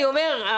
אני אומר,